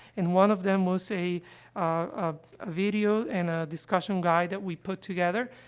and one of them was a a a video and a discussion guide that we put together.